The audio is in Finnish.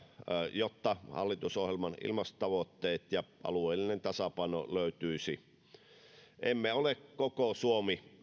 jotta hallitusohjelman ilmastotavoitteet saavutettaisiin ja alueellinen tasapaino löytyisi ja jotta olisimme koko suomi